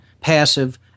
passive